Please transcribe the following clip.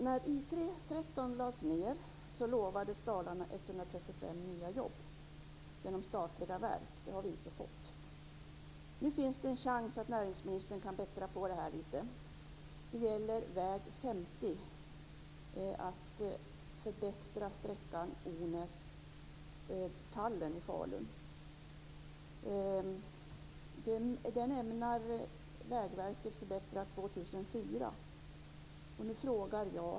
När I 13 lades ned lovades Dalarna 135 nya jobb genom statliga verk. Det har vi inte fått. Nu finns det en chans för näringsministern att lite grann bättra på här. Det gäller riksväg 50 och en förbättring av sträckan Ornäs-Tallen i Falun. Vägverket ämnar förbättra den sträckan år 2004.